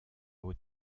aux